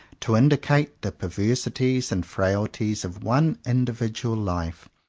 to indicate the perversi ties and frailties of one individual life,